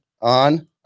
on